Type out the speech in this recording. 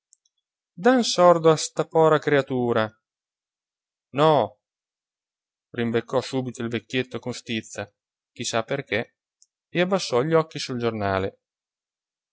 a sta pra creatura no rimbeccò subito il vecchietto con stizza chi sa perché e abbassò gli occhi sul giornale